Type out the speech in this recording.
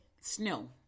Snow